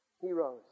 Heroes